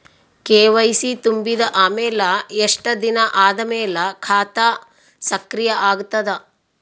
KYC ತುಂಬಿದ ಅಮೆಲ ಎಷ್ಟ ದಿನ ಆದ ಮೇಲ ಖಾತಾ ಸಕ್ರಿಯ ಅಗತದ?